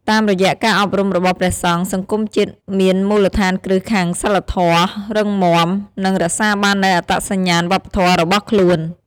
តាមរយៈការអប់រំរបស់ព្រះសង្ឃ សង្គមជាតិមានមូលដ្ឋានគ្រឹះខាងសីលធម៌រឹងមាំ និងរក្សាបាននូវអត្តសញ្ញាណវប្បធម៌របស់ខ្លួន។